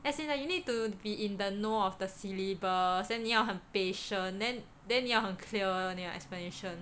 as in like you need to be in the know of the syllabus then 你要很 patient then 你要很 clear 你的 explanation